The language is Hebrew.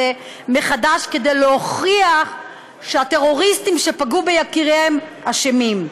מחדש כדי להוכיח שהטרוריסטים שפגעו ביקיריהם אשמים.